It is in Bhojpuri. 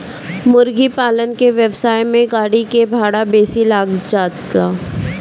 मुर्गीपालन के व्यवसाय में गाड़ी के भाड़ा बेसी लाग जाला